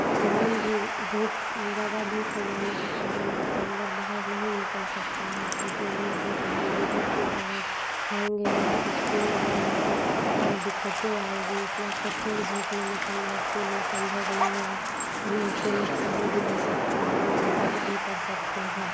और ज़मीन भी धूप ज़्यादा धूप हो जाने के कारण जानवर बाहर नहीं निकल सकता है क्योंकि उन्हें धूप लगेगी धूप के कारण खाएंगे नहीं कुछ पिएंगे नहीं तो उन्हें दिक़्क़तें आएँगी इतनी कठोर धूप में निकलना उसके लिए संभव नहीं है उन्हें ऐसे नुक़सान भी हो सकता है वे बिमार भी पड़ सकते हैं